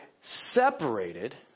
separated